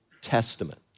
Testament